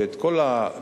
ואת כל המהות,